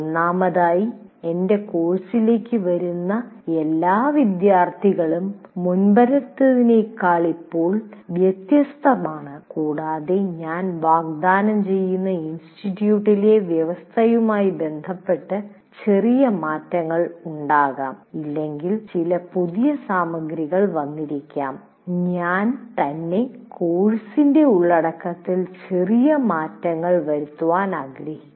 ഒന്നാമതായി എന്റെ കോഴ്സിലേക്ക് വരുന്ന എല്ലാ വിദ്യാർത്ഥികളും മുമ്പത്തേതിനേക്കാൾ ഇപ്പോൾ വ്യത്യസ്തമാണ് കൂടാതെ ഞാൻ വാഗ്ദാനം ചെയ്യുന്ന ഇൻസ്റ്റിറ്റ്യൂട്ടിലെ വ്യവസ്ഥയുമായി ബന്ധപ്പെട്ട് ചെറിയ മാറ്റങ്ങൾ ഉണ്ടാകാം അല്ലെങ്കിൽ ചില പുതിയ സാമഗ്രികൾ വന്നിരിക്കാം ഞാൻ തന്നെ കോഴ്സിന്റെ ഉള്ളടക്കത്തിൽ ചെറിയ മാറ്റങ്ങൾ വരുത്തുവാൻ ആഗ്രഹിക്കാം